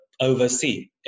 Oversee